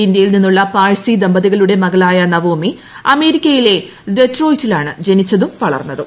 ഇന്ത്യയിൽ നിന്നുള്ള പാഴ്സി ദമ്പതികളുടെ മകളായ അമേരിക്കയിലെ ഡെട്രോയിറ്റിലാണ് ജനിച്ചതും നവോമി വളർന്നതും